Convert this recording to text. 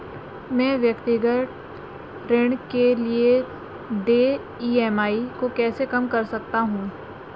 मैं व्यक्तिगत ऋण के लिए देय ई.एम.आई को कैसे कम कर सकता हूँ?